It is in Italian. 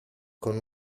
con